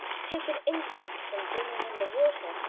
take an instant from bringing in the water,